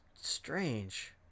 strange